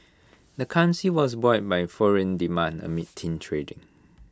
the currency was buoyed by foreign demand amid thin trading